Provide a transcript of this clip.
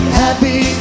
happy